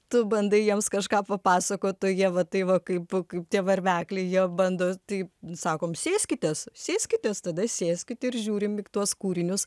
tu bandai jiems kažką papasakot o jie va tai va kaip kaip tie varvekliai jie bando tai sakom sėskitės sėskitės tada sėskit ir žiūrim į tuos kūrinius